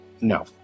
No